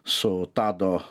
su tado